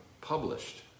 published